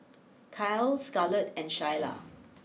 Kyle Scarlet and Shyla